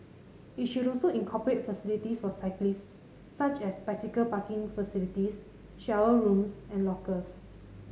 it should also incorporate facilities for cyclists such as bicycle parking facilities shower rooms and lockers